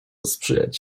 sprzyjać